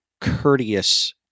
courteous